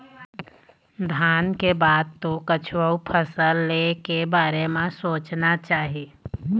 धान के बाद तो कछु अउ फसल ले के बारे म सोचना चाही